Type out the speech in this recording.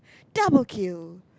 double kill